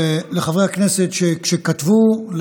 לחברי הכנסת שכתבו,